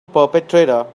perpetrator